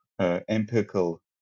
empirical